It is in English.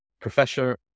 professor